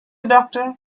doctor